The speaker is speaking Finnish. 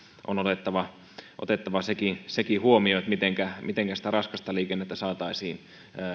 on otettava otettava sekin sekin huomioon mitenkä mitenkä sitä raskasta liikennettä saataisiin